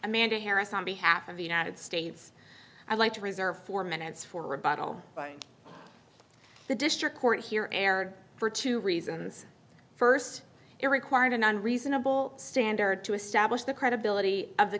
amanda harris on behalf of united states i'd like to reserve four minutes for a rebuttal by the district court here aired for two reasons first it required a non reasonable standard to establish the credibility of the